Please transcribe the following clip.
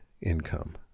income